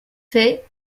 fait